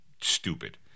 stupid